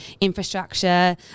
infrastructure